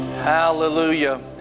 Hallelujah